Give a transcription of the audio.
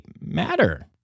matter